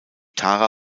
tara